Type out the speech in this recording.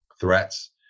threats